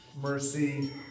mercy